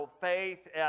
faith